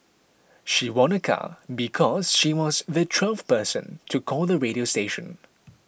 she won a car because she was the twelfth person to call the radio station